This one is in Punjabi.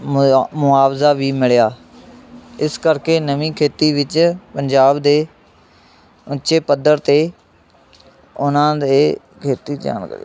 ਮੁ ਮੁਆਵਜ਼ਾ ਵੀ ਮਿਲਿਆ ਇਸ ਕਰਕੇ ਨਵੀਂ ਖੇਤੀ ਵਿੱਚ ਪੰਜਾਬ ਦੇ ਉੱਚੇ ਪੱਧਰ 'ਤੇ ਉਹਨਾਂ ਦੇ ਖੇਤੀ